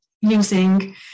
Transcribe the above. using